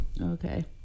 Okay